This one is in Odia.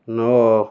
ନଅ